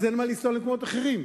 אז אין מה לנסוע למקומות אחרים.